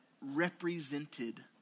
represented